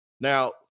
now